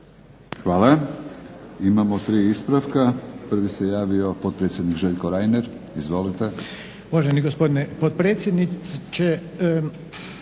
Hvala. Imamo tri ispravka. Prvi se javio potpredsjednik Željko Reiner. Izvolite.